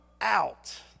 out